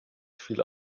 viel